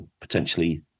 potentially